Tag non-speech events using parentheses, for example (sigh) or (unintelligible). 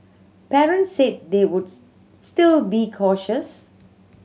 parents said they would (unintelligible) still be cautious